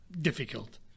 difficult